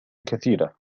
كثيرة